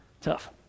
tough